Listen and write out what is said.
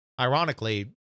Ironically